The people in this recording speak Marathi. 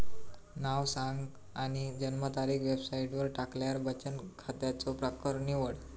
नाव सांग आणि जन्मतारीख वेबसाईटवर टाकल्यार बचन खात्याचो प्रकर निवड